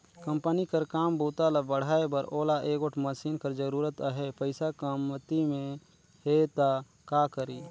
Company कर काम बूता ल बढ़ाए बर ओला एगोट मसीन कर जरूरत अहे, पइसा कमती हे त का करी?